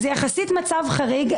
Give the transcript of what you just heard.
זה יחסית מצב חריג.